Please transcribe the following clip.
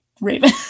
raven